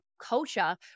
culture